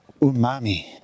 umami